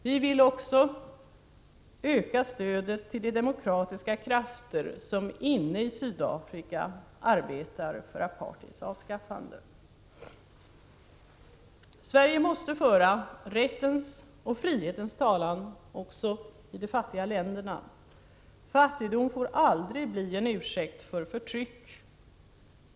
Vi vill också öka stödet till de demokratiska krafter som inne i Sydafrika arbetar för apartheids avskaffande. Sverige måste föra rättens och frihetens talan också i de fattiga länderna. Fattigdom får aldrig bli en ursäkt för förtryck.